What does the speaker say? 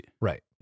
Right